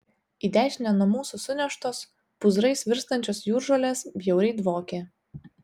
į dešinę nuo mūsų suneštos pūzrais virstančios jūržolės bjauriai dvokė